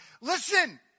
Listen